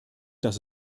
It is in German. dass